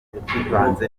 bivanze